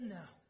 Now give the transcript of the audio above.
now